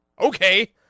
okay